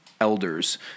elders